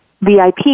VIP